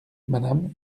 madame